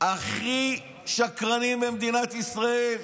הכי שקרנים במדינת ישראל.